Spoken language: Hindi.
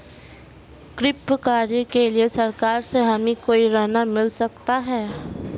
कृषि कार्य के लिए सरकार से हमें कोई ऋण मिल सकता है?